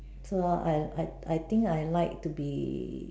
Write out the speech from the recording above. so I I I think I like to be